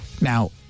Now